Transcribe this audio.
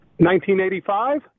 1985